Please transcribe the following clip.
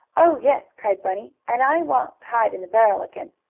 oh, yes! cried bunny. and i won't hide in the barrel again.